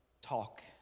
talk